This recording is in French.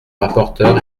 rapporteur